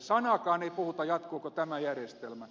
sanaakaan ei puhuta jatkuuko tämä järjestelmä